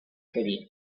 city